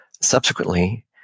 Subsequently